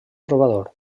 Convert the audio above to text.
trobador